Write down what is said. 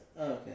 Okay